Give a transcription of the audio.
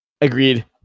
Agreed